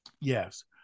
yes